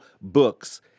books